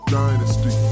dynasty